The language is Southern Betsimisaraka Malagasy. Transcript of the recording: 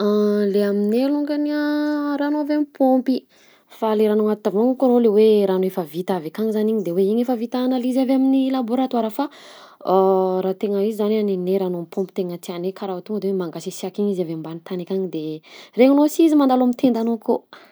Le aminay alongany a rano avy am'paompy fa le rano agnaty tavoahangy koa mo le hoe rano efa vita avy akagny zany igny de hoe igny efa vita analyse avy amin'ny labôratoara fa raha tegna izy zany a ninay rano am'paompy tegna tianay karaha tonga de hoe mangasiasiaka igny izy avy ambany tany akagny de regninao si izy mandalo am'tendanao akao.